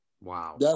Wow